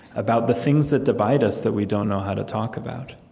about the things that divide us that we don't know how to talk about.